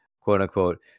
Quote-unquote